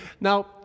Now